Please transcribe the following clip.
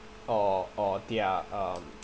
or or their um